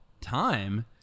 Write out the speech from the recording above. time